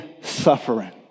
suffering